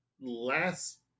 last